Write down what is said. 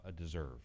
deserve